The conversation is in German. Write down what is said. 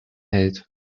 hält